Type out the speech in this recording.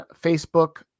Facebook